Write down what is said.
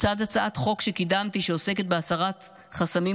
לצד הצעת חוק שקידמתי שעוסקת בהסרת חסמים